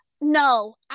no